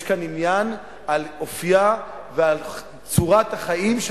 יש כאן עניין של האופי וצורת החיים של